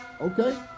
Okay